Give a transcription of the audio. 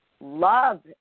Love